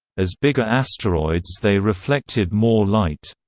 as bigger asteroids they reflected more light.